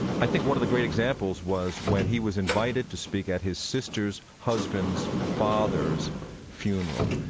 i think one of the great examples was when he was invited to speak at his sister's husband's father's funeral.